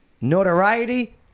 notoriety